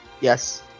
Yes